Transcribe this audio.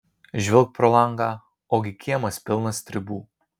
žvilgt pro langą ogi kiemas pilnas stribų